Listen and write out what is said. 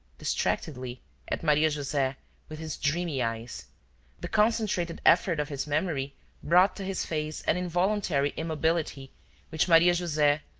distractedly at maria-jose with his dreamy eyes the concentrated effort of his memory brought to his face an involuntary immobility which maria-jose,